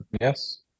yes